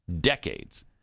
Decades